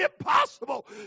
impossible